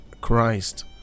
christ